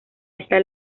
esta